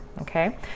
okay